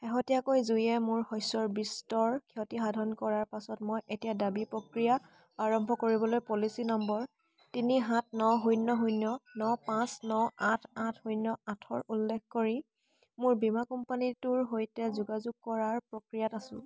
শেহতীয়াকৈ জুয়ে মোৰ শস্যৰ বিস্তৰ ক্ষতি সাধন কৰাৰ পাছত মই এতিয়া দাবী প্ৰক্ৰিয়া আৰম্ভ কৰিবলৈ পলিচী নম্বৰ তিনি সাত ন শূন্য শূন্য ন পাঁচ ন আঠ আঠ শূন্য আঠৰ উল্লেখ কৰি মোৰ বীমা কোম্পানীটোৰ সৈতে যোগাযোগ কৰাৰ প্ৰক্ৰিয়াত আছোঁ